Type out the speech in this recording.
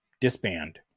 disband